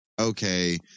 okay